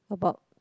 about